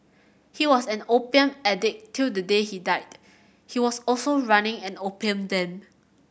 he was an opium addict till the day he died he was also running an opium den